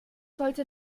sollte